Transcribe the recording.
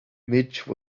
midge